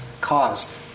cause